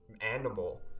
animal